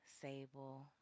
Sable